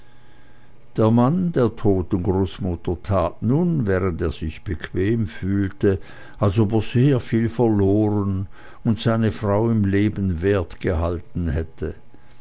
der mann der toten großmutter tat nun während er sich bequem fühlte als ob er sehr viel verloren und seine frau im leben wertgehalten hätte